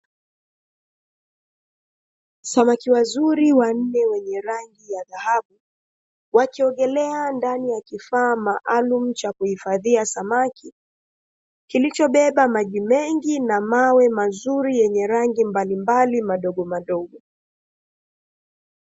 Samaki wazuri wanne wenye rangi ya dhahabu, wakiogelea ndani ya kifaa maalumu cha kuhifadhia samaki, kilichobeba maji mengi na mawe mazuri yenye rangi mbalimbali madogomadogo.